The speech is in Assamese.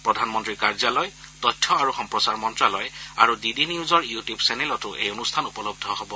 প্ৰধানমন্ত্ৰীৰ কাৰ্যালয় তথ্য আৰু সম্প্ৰচাৰ মন্ত্ৰালয় আৰু ডি ডি নিউজৰ ইউটিউব চেনেলতো এই অনুষ্ঠান উপলব্ধ হব